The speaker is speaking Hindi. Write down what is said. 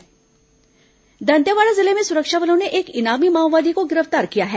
माओवादी गिरफ्तार दंतेवाड़ा जिले में सुरक्षा बलों ने एक इनामी माओवादी को गिरफ्तार किया है